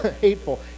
hateful